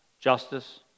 justice